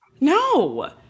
No